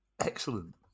excellent